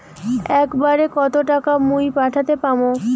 একবারে কত টাকা মুই পাঠের পাম?